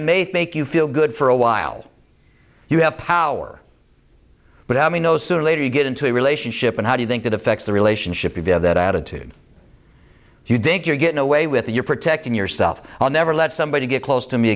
it may make you feel good for a while you have power but i mean no sooner or later you get into a relationship and how do you think that affects the relationship if you have that attitude if you think you're getting away with it you're protecting yourself on never let somebody get close to me